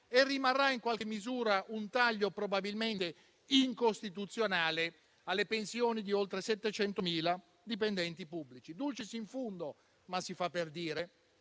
e rimarrà in qualche misura un taglio probabilmente incostituzionale alle pensioni di oltre 700.000 dipendenti pubblici. *Dulcis in fundo* - si fa per dire